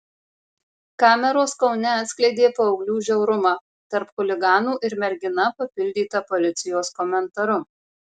kameros kaune atskleidė paauglių žiaurumą tarp chuliganų ir mergina papildyta policijos komentaru